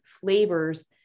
flavors